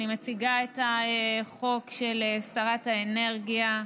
אני מציגה את הצעת חוק של שרת האנרגיה,